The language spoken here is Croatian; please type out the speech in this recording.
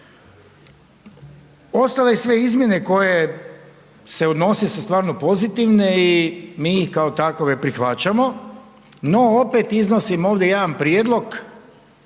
Ostale sve izmjene koje se odnose su stvarno pozitivne i mi kao takove prihvaćamo. No opet iznosim ovdje jedan prijedlog,